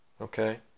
Okay